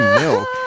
milk